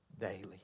daily